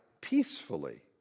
peacefully